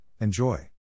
enjoy